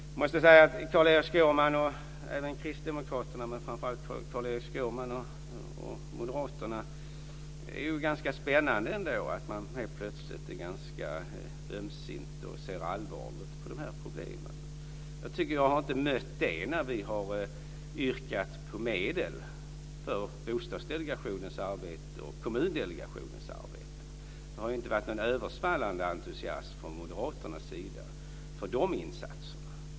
Det är ganska spännande att Carl-Erik Skårman och även Kristdemokraterna - men framför allt Carl Erik Skårman och moderaterna - helt plötsligt har blivit ömsinta och ser allvarligt på dessa problem. Jag har inte mött det när vi har yrkat på medel för Bostadsdelegationens arbete och Kommundelegationens arbete. Det har inte varit någon översvallande entusiasm från moderaterna inför de insatserna.